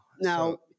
Now